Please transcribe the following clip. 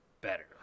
better